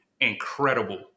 incredible